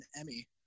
Emmy